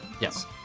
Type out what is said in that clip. yes